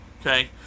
Okay